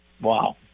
Wow